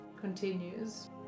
continues